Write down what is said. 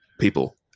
people